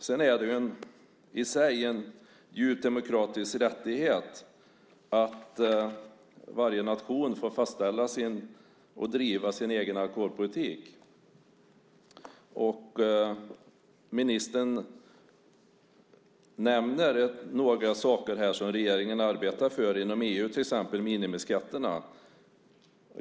Det är en i sig djupt demokratisk rättighet att varje nation får fastställa och driva sin egen alkoholpolitik. Ministern nämner några saker som regeringen arbetar för inom EU, till exempel minimiskatterna.